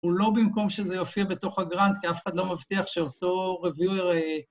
הוא לא במקום שזה יופיע בתוך הגראנט, כי אף אחד לא מבטיח שאותו reviewer...